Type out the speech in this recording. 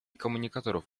komunikatorów